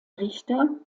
richter